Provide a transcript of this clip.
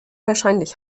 wahrscheinlich